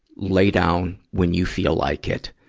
lay down when you feel like it.